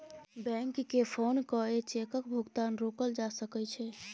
बैंककेँ फोन कए चेकक भुगतान रोकल जा सकै छै